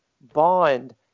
Bond